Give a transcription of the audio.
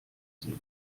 sind